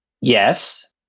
Yes